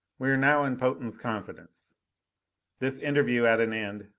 we were now in potan's confidence this interview at an end,